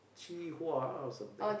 Qihua! or something